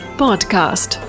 podcast